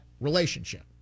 relationship